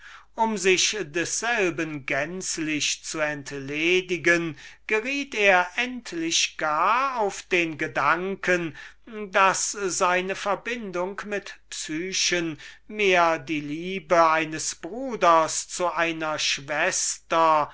um sich desselben gänzlich zu entledigen geriet er endlich gar auf den gedanken daß seine verbindung mit psyche mehr die liebe eines bruders zu einer schwester